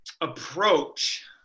approach